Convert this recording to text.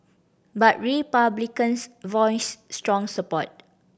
but Republicans voiced strong support